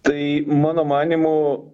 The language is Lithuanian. tai mano manymu